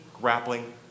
grappling